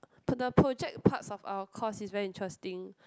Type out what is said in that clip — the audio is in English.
to the project parts of our course is very interesting